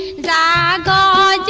da da da